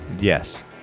Yes